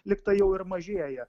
lygtai jau ir mažėja